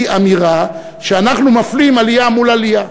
אמירה שאנחנו מפלים עלייה מול עלייה,